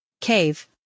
Cave